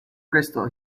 crystal